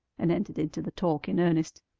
and entered into the talk in earnest.